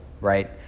right